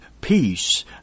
Peace